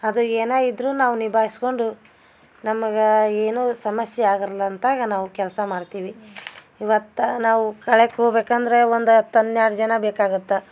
ಅದು ಏನು ಇದ್ದರು ನಾವು ನಿಭಾಯಿಸ್ಕೊಂಡು ನಮಗೆ ಏನು ಸಮಸ್ಯೆ ಆಗಲ್ಲ ಅಂತಾಗ ನಾವು ಕೆಲಸ ಮಾಡ್ತೀವಿ ಇವತ್ತು ನಾವು ಕೆಳಕ್ಕೆ ಹೋಗ್ಬೇಕಂದರೆ ಒಂದು ಹತ್ತು ಹನ್ನೆರಡು ಜನ ಬೇಕಾಗುತ್ತೆ